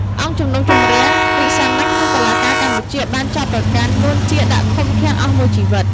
អង្គជំនុំជម្រះវិសាមញ្ញក្នុងតុលាការកម្ពុជា បានចោទប្រកាន់ នួន ជា ដាក់ឃុំឃាំងអស់មួយជីវិត។